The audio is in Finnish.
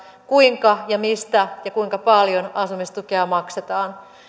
kuinka ja mistä ja kuinka paljon asumistukea maksetaan